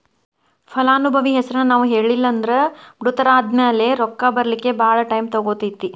ಫಲಾನುಭವಿ ಹೆಸರನ್ನ ನಾವು ಹೇಳಿಲ್ಲನ್ದ್ರ ಮೃತರಾದ್ಮ್ಯಾಲೆ ರೊಕ್ಕ ಬರ್ಲಿಕ್ಕೆ ಭಾಳ್ ಟೈಮ್ ತಗೊತೇತಿ